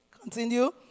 Continue